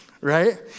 right